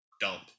dump